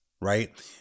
right